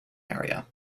area